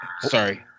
Sorry